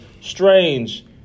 Strange